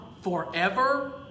forever